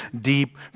deep